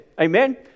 Amen